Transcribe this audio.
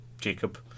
Jacob